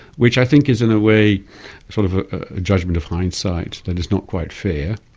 which i think is in a way sort of a judgment of hindsight, and it's not quite fair,